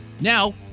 Now